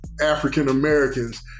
African-Americans